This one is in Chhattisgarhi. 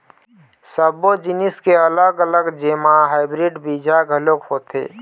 सब्बो जिनिस के अलग अलग जेमा हाइब्रिड बीजा घलोक होथे